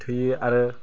थोयो आरो